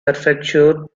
prefecture